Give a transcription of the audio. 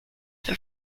the